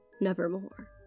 nevermore